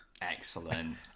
Excellent